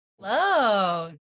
Hello